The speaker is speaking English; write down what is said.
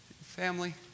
Family